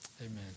Amen